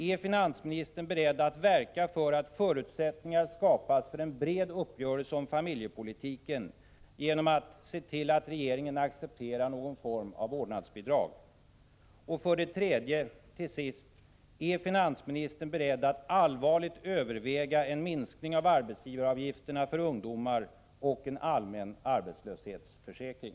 Är finansministern beredd att verka för att förutsättningar skapas för en bred uppgörelse om familjepolitiken genom att se till att regeringen accepterar någon form av vårdnadsbidrag? 3. Till sist: Är finansministern beredd att allvarligt överväga en minskning av arbetsgivaravgifterna för ungdomar och en allmän arbetslöshetsförsäkring?